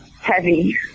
heavy